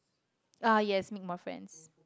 ah yes make more friends